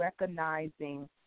recognizing